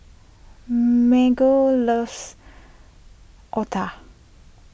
Marge loves Otah